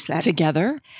Together